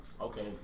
Okay